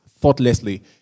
thoughtlessly